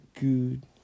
good